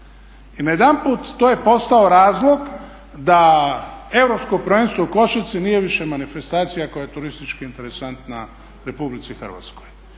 I najedanput to je postao razlog da Europsko prvenstvo u košarci nije više manifestacija koja je turistički interesantna Republici Hrvatskoj.